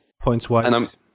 Points-wise